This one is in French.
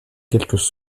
quelques